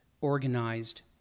organized